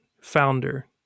founder